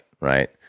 right